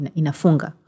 inafunga